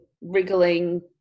wriggling